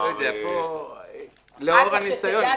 מהניסיון